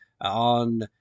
on